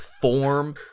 form